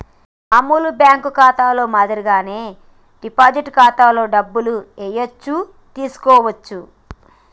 మామూలు బ్యేంకు ఖాతాలో మాదిరిగానే డిపాజిట్ ఖాతాలో డబ్బులు ఏయచ్చు తీసుకోవచ్చు